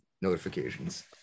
notifications